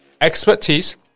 expertise